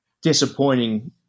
disappointing